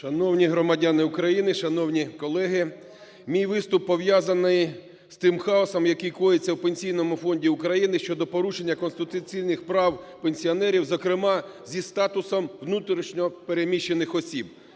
Шановні громадяни України, шановні колеги, мій виступ пов'язаний з тим хаосом, який коїться в Пенсійному фонду України щодо порушення конституційних прав пенсіонерів, зокрема зі статусом внутрішньо переміщених осіб.